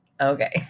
Okay